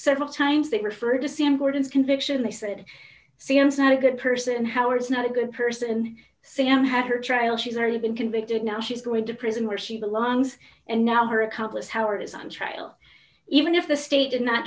several times that referred to see importance conviction they said since not a good person howard's not a good person sam had her trial she's already been convicted now she's going to prison where she belongs and now her accomplice howard is on trial even if the state did not